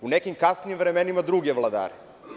U nekim kasnijim vremenima, druge vladare.